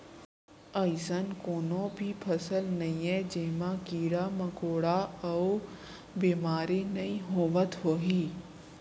अइसन कोनों भी फसल नइये जेमा कीरा मकोड़ा अउ बेमारी नइ होवत होही